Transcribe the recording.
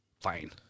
Fine